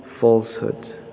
falsehood